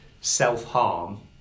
self-harm